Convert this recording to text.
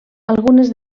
algunes